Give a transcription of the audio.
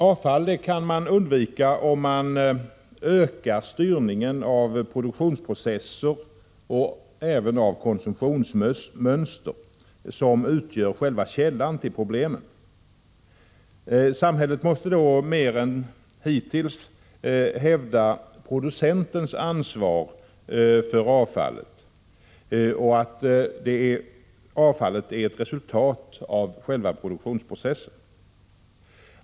Avfall kan man undvika om man ökar styrningen av produktionsprocesser och även av konsumtionsmönster, som utgör själva källan till problemen. Samhället måste då mer än hittills hävda producentens ansvar för avfallet och att avfallet är ett resultat av själva produktionsprocessen.